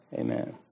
Amen